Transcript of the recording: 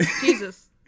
Jesus